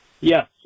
Yes